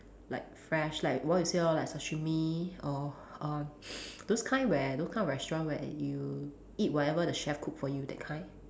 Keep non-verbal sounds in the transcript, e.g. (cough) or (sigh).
like fresh like what you say lor like sashimi or uh (breath) those kind where those kind of restaurant where you eat whatever the chef cook for you that kind